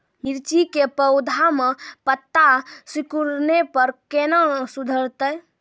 मिर्ची के पौघा मे पत्ता सिकुड़ने पर कैना सुधरतै?